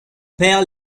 père